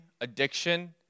addiction